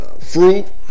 fruit